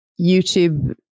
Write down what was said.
YouTube